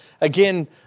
Again